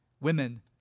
women